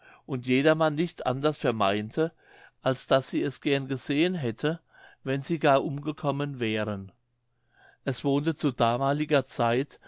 und jedermann nicht anders vermeinte als daß sie es gern gesehen hätte wenn sie gar umgekommen wären es wohnte zu damaliger zeit